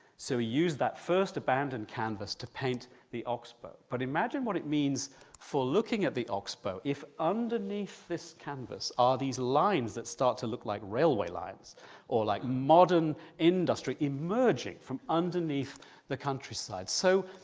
so he used that first abandoned canvas to paint the oxbow, but imagine what it means for looking at the oxbow if underneath this canvas are these lines that start to look like railway lines or like modern industry emerging from underneath the countryside. so,